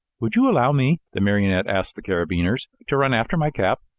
would you allow me, the marionette asked the carabineers, to run after my cap?